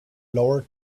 lower